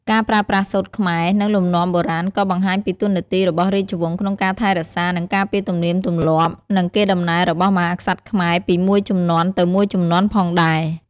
ការប្រើប្រាស់សូត្រខ្មែរ និងលំនាំបុរាណក៏បង្ហាញពីតួនាទីរបស់រាជវង្សក្នុងការថែរក្សា និងការពារទំនៀមទម្លាប់ និង កេរតំណែលរបស់មហាក្សត្រខ្មែរពីមួយជំនាន់ទៅមួយជំនាន់ផងដែរ។